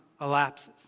elapses